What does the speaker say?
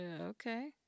okay